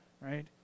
right